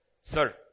Sir